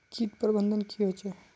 किट प्रबन्धन की होचे?